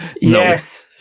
Yes